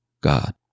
God